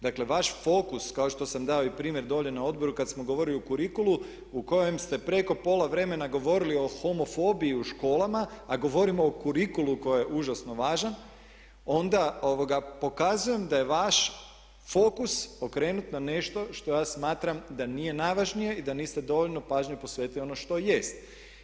Dakle, vaš fokus kao što sam dao i primjer dolje na odboru kad smo govorili o kurikulumu u kojem ste preko pola vremena govorili o homofobiji u školama a govorimo o kurikulumu koji je užasno važan onda pokazujem da je vaš fokus okrenut na nešto što ja smatram da nije najvažnije i da niste dovoljno pažnje posvetili onom što jest.